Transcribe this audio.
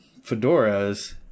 fedoras